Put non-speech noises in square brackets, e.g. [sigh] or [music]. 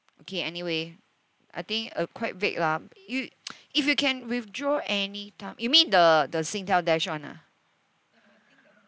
okay anyway I think uh quite vague lah you'd [noise] if you can withdraw anytime you mean the the Singtel Dash [one] ah